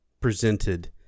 presented